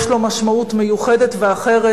יש לו משמעות מיוחדת ואחרת,